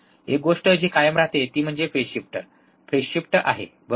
एक गोष्ट जी कायम राहते ती म्हणजे फेज शिफ्ट फेज शिफ्ट आहे बरोबर